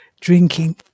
drinking